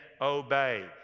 obey